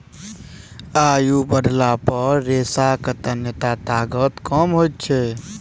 आयु बढ़ला पर रेशाक तन्यता ताकत कम होइत अछि